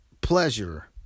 pleasure